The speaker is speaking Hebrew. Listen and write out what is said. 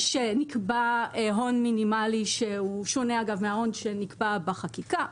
נקבע הון מינימלי ששונה מההון שנקבע בחקיקה.